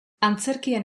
antzerkian